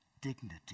dignity